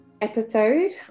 episode